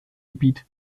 gebiet